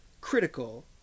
critical